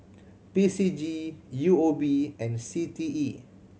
P C G U O B and C T E